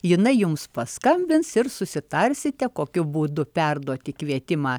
jinai jums paskambins ir susitarsite kokiu būdu perduoti kvietimą